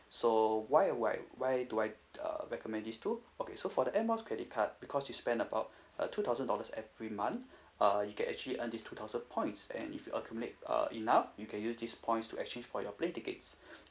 so why why why do I uh recommend these two okay so for the air miles credit card because you spend about uh two thousand dollars every month uh you can actually earn this two thousand points and if you accumulate uh enough you can use this points to exchange for your plane ticket